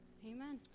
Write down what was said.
Amen